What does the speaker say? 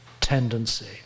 tendency